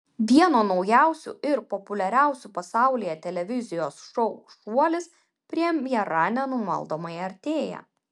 vieno naujausių ir populiariausių pasaulyje televizijos šou šuolis premjera nenumaldomai artėja